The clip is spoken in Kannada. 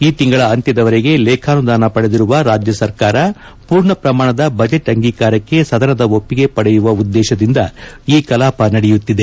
ಈ ತಿಂಗಳ ಅಂತ್ಯದವರೆಗೆ ಲೇಖಾನುದಾನ ಪಡೆದಿರುವ ರಾಜ್ಯ ಸರ್ಕಾರ ಪೂರ್ಣ ಪ್ರಮಾಣದ ಬಜೆಟ್ ಅಂಗೀಕಾರಕ್ಕೆ ಸದನದ ಒಪ್ಪಿಗೆ ಪಡೆಯುವ ಉದ್ದೇಶದಿಂದ ಈ ಕಲಾಪ ನಡೆಯುತ್ತಿದೆ